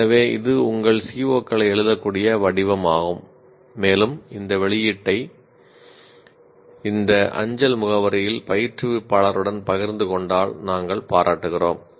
எனவே இது உங்கள் CO களை எழுதக்கூடிய வடிவமாகும் மேலும் இந்த வெளியீட்டை இந்த அஞ்சல் முகவரியில் பயிற்றுவிப்பாளருடன் பகிர்ந்து கொண்டால் நாங்கள் பாராட்டுகிறோம்